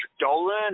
Dolan